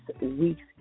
week's